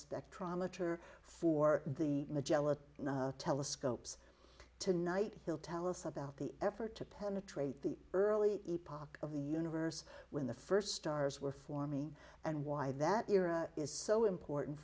spectrometer for the magellan telescopes tonight he'll tell us about the effort to penetrate the early pop of the universe when the first stars were forming and why that era is so important